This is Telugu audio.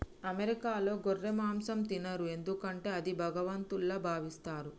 అమెరికాలో గొర్రె మాంసం తినరు ఎందుకంటే అది భగవంతుల్లా భావిస్తారు